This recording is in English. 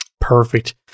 Perfect